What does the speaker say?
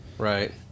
Right